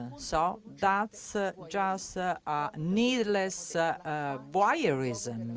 ah so that's ah just ah needless ah ah voyeurism. and and